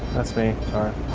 that's me, sorry.